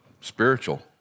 spiritual